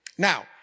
Now